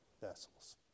vessels